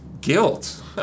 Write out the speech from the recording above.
guilt